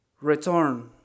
Return